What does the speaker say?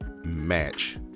match